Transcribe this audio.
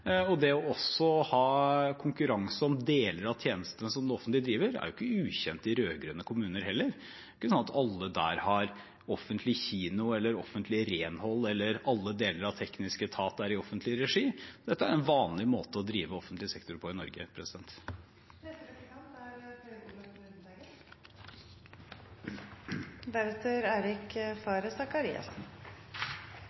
Det å ha konkurranse om deler av tjenestene som det offentlige driver, er ikke ukjent i rød-grønne kommuner heller. Det er ikke sånn at alle der har offentlig kino eller offentlig renhold, eller at alle deler av teknisk etat er i offentlig regi. Dette er en vanlig måte å drive offentlig sektor på i Norge. Barnehager er en utrolig viktig del av velferdstjenesten, og er